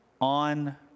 On